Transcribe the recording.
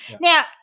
Now